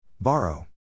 Borrow